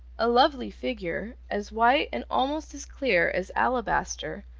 a lovely figure, as white and almost as clear as alabaster,